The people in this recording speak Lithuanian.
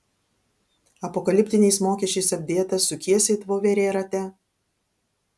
apokaliptiniais mokesčiais apdėtas sukiesi it voverė rate